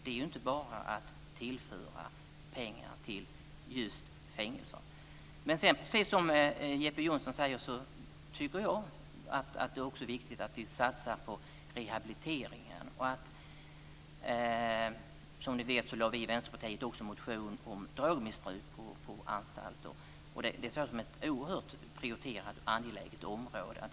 Det är inte bara att tillföra pengar till just fängelser. Men jag tycker, precis som också Jeppe Johnsson säger, att det är viktigt att vi satsar på rehabiliteringen. Som ni vet väckte vi i Vänsterpartiet också en motion om drogmissbruk på anstalter. Det ser jag som ett prioriterat och oerhört angeläget område.